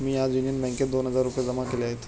मी आज युनियन बँकेत दोन हजार रुपये जमा केले आहेत